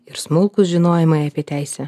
ir smulkūs žinojimai apie teisę